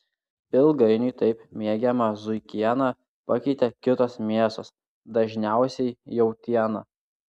ilgainiui taip mėgiamą zuikieną pakeitė kitos mėsos dažniausiai jautiena